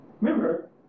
Remember